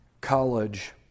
college